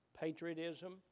patriotism